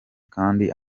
kandi